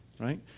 right